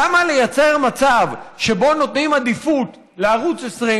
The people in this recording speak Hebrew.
למה לייצר מצב שבו נותנים עדיפות לערוץ 20,